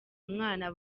umwana